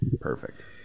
Perfect